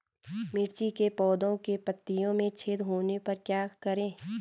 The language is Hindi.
मिर्ची के पौधों के पत्तियों में छेद होने पर क्या करें?